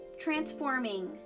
transforming